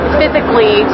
physically